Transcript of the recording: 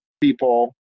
people